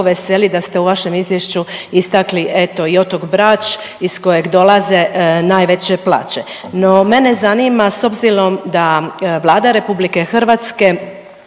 veseli da ste u vašem izvješću istakli eto i otok Brač iz kojeg dolaze najveće plaće. No mene zanima s obzirom da Vlada Republike Hrvatske